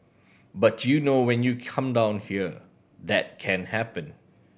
but you know when you come down here that can happen